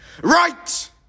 Right